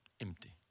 empty